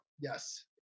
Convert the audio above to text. Yes